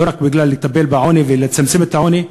ולא רק בשביל לטפל בעוני ולצמצם את העוני.